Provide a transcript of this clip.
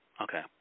Okay